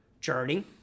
journey